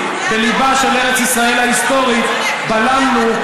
בליבה של ארץ ישראל ההיסטורית בלמנו.